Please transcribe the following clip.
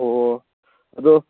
ꯑꯣ ꯑꯗꯣ